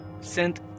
sent